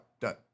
done